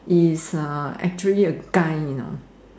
is uh actually a guy you know